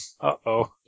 Uh-oh